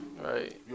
right